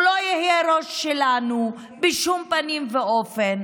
הוא לא יהיה הראש שלנו בשום פנים ואופן.